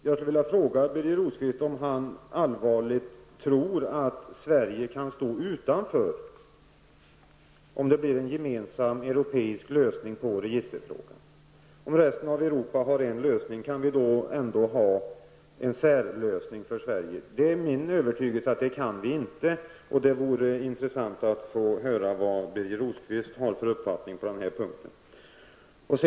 Jag vill fråga Birger Rosqvist om han allvarligt tror att Sverige kan stå utanför om det blir en gemensam europeisk lösning på registerfrågan. Om resten av Europa har en lösning, kan vi då ändå ha en särlösning för Sverige? Det är min övertygelse att det kan vi inte. Det vore intressant att få höra vad Birger Rosqvist har för uppfattning på den här punkten.